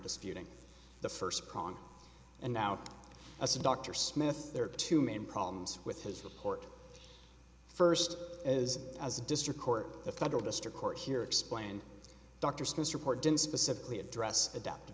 disputing the first prong and now as to dr smith there are two main problems with his report first as as a district court the federal district court here explained dr seuss report didn't specifically address adopt